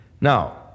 Now